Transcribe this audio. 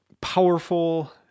powerful